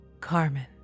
Carmen